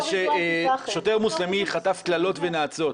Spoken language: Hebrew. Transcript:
ששוטר מוסלמי חטף קללות ונאצות.